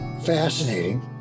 fascinating